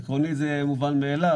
עקרונית זה מובן מאליו,